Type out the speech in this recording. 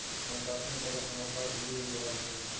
नक्काशी में त लखनऊ क भी जवाब नाही